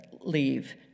leave